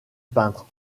peintre